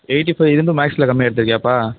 eighty five இருந்தும் மேக்ஸில் கம்மியாக எடுத்திருக்கியாப்பா